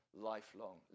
lifelong